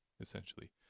essentially